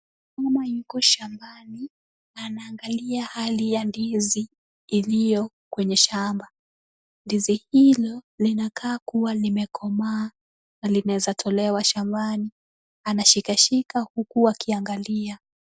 Mama yuko shambani, anashughulikia ndizi iliyo kwenye shamba, ndizi hilo linakaa kuwa kimekomaa na linaweza tolewa shambani. Anashikashika huku akiangalia.